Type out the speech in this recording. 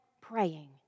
praying